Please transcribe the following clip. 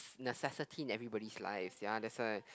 necessity in everybody's life ya that's why